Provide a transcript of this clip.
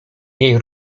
jej